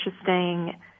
interesting